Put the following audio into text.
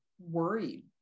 worried